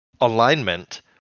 alignment